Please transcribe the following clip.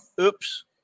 oops